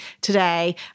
today